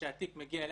שהתיק מגיע אלינו.